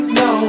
no